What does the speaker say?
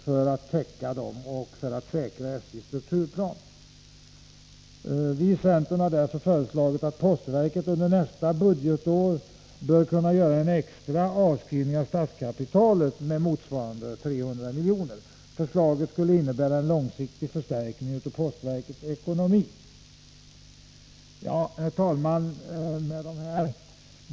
Vi i centern har därför föreslagit att postverket under nästa budgetår får göra en extra avskrivning på statskapitalet med motsvarande 300 miljoner. Det skulle innebära en långsiktig förstärkning av postverkets ekonomi. Herr talman!